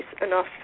enough